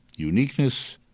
uniqueness,